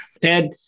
Ted